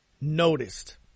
noticed